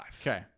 okay